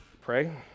pray